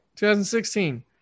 2016